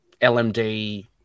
LMD